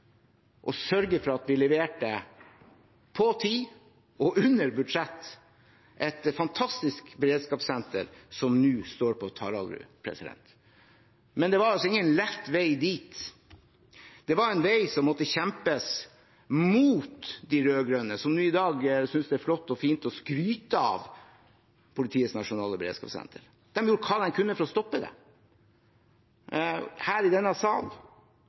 sørge for at vi leverte på tid og under budsjett et fantastisk beredskapssenter som nå står på Taraldrud. Men det var altså ingen lett vei dit. Det var en vei som måtte kjempes mot de rød-grønne, som nå i dag synes det er flott og fint å skryte av Politiets nasjonale beredskapssenter. De gjorde hva de kunne for å stoppe det her i denne sal,